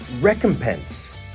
recompense